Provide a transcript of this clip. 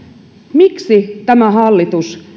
miksi tämä hallitus